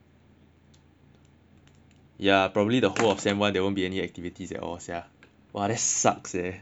yeah probably the whole of sem one there won't be any activities at all sia !wah! that sucks eh